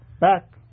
back